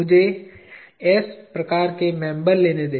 मुझे कुछ s प्रकार के मेंबर लेने दें